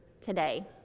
today